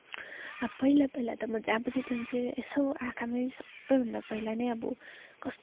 अब पहिला पहिला त म जहाँ पनि जुन चाहिँ यसो आँखामै सबैभन्दा पहिला नै अब